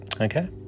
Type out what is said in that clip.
Okay